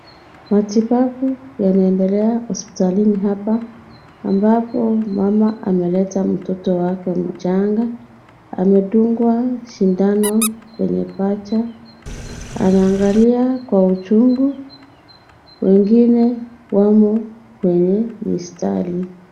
Matibabu yanaendelea hospitalini hapa ambako mama ameleta mtoto wake mchanga. Amedungwa sindano kwenye paja. Anaangalia kwa uchungu. Wengine wamo kwenye mistari.